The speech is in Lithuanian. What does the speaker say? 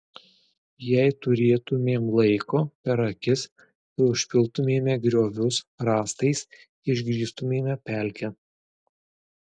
jei turėtumėm laiko per akis tai užpiltumėme griovius rąstais išgrįstumėme pelkę